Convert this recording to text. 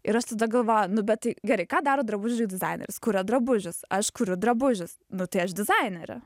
ir aš tada galvoju nu bet tai gerai ką daro drabužių dizaineris kuria drabužius aš kuriu drabužius nu tai aš dizainerė